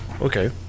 Okay